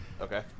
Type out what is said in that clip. Okay